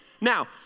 Now